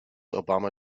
obama